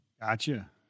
Gotcha